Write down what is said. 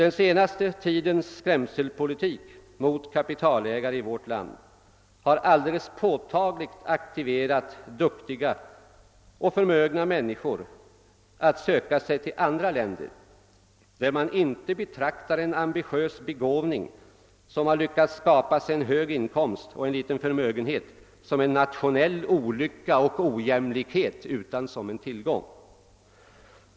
Den senaste tidens skrämselpropaganda mot kapitalägare i vårt land har alldeles påtagligt aktiverat duktiga och förmögna människor att söka sig till andra länder, där man inte betraktar en ambitiös begåvning, som lyckats skaffa sig en hög inkomst och en liten förmögenhet, som en nationell olycka och som ett bevis för ojämlikhet, utan som en tillgång.